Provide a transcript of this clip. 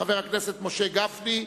חבר הכנסת משה גפני,